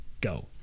go